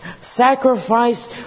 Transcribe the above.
sacrifice